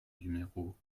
numéro